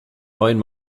neuen